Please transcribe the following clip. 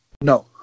No